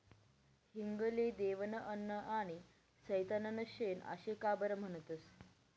हिंग ले देवनं अन्न आनी सैताननं शेन आशे का बरं म्हनतंस?